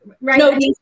right